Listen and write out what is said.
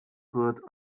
wird